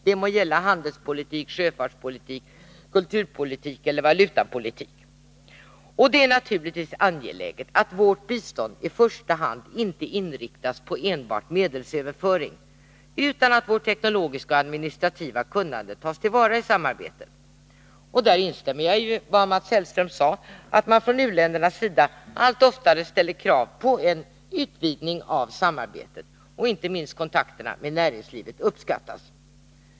Det må gälla handelspolitik, sjöfartspolitik, kulturpolitik eller valutapolitik. Det är naturligtvis angeläget att vårt bistånd i första hand inte inriktas på enbart medelsöverföring utan att vårt teknologiska och administrativa kunnande tas till vara i samarbetet. Jag instämmer i vad Mats Hellström sade om att u-länderna allt oftare ställer krav på en utvidgning av samarbetet — inte minst kontakterna med svenskt näringsliv uppskattas.